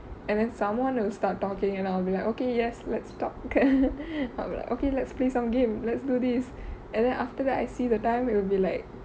and then someone who start talking and I'll be like okay yes let's start okay like okay let's play some game let's do this and then after that I see the time it will be like